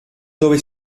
dove